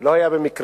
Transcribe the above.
לא היה במקרה.